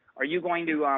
are you going to um